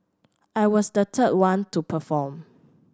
I was the third one to perform